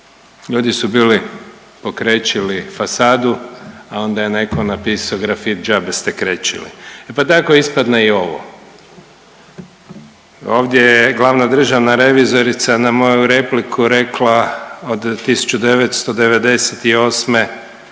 Ljudi su bili okrečili fasadu, a onda je netko napisao grafit džabe ste krečili. E pa tako ispadne i ovo. Ovdje je glavna državna revizorica na moju repliku rekla od 1998.